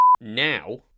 Now